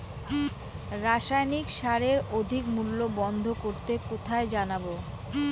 রাসায়নিক সারের অধিক মূল্য বন্ধ করতে কোথায় জানাবো?